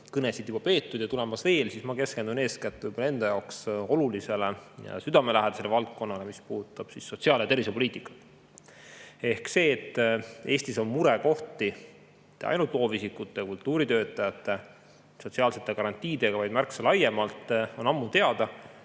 kõnesid on juba peetud ja neid on tulemas veel, siis keskendun eeskätt enda jaoks olulisele ja südamelähedasele valdkonnale, mis puudutab sotsiaal‑ ja tervishoiupoliitikat. See, et Eestis on murekohti mitte ainult loovisikute, kultuuritöötajate sotsiaalsete garantiide puhul, vaid märksa laiemalt, on ammu teada.